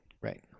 right